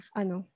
ano